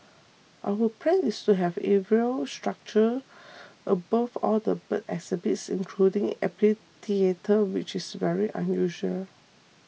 our plan is to have aviary structure above all the bird exhibits including amphitheatre which is very unusual